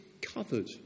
covered